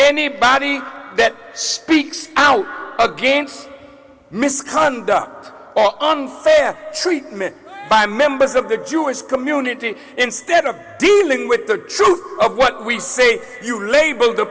anybody that speaks out against misconduct unfair treatment by members of the jewish community instead of dealing with the truth of what we say you labeled